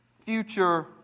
future